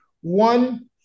One